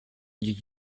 you